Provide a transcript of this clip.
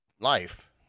life